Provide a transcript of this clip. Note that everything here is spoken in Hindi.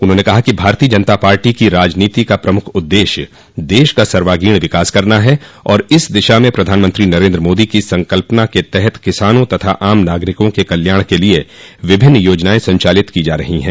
उन्होंने कहा कि भारतीय जनता पार्टी की राजनीति का प्रमुख उददेश्य देश का सर्वांगीण विकास करना है और इस दिशा में प्रधानमंत्री नरेन्द्र मोदी की संकल्पना के तहत किसानों तथा आम नागरिकों के कल्याण के लिए विभिन्न योजनाएं संचालित की जा रही हैं